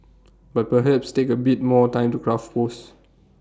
but perhaps take A bit more time to craft posts